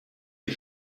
les